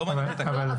לא מניתי את הקלים.